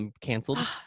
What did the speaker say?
Canceled